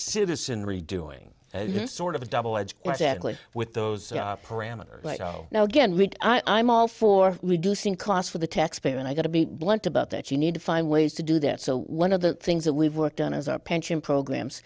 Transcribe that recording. citizenry doing this sort of a double edged with those parameters now again i'm all for reducing costs for the taxpayer and i got to be blunt about that you need to find ways to do that so one of the things that we've worked on as our pension programs